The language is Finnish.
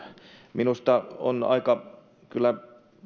minusta tämä on kyllä